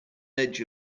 edge